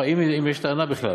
זה קשור בערכאות משפטיות,